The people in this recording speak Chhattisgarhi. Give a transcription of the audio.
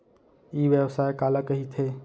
ई व्यवसाय काला कहिथे?